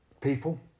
people